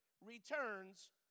returns